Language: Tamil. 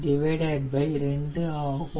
52 ஆகும்